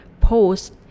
post